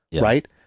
right